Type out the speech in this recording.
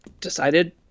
decided